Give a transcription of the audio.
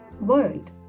world